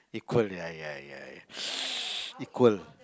equal ya ya ya ya equal